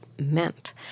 meant